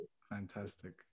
fantastic